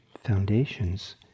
foundations